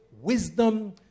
wisdom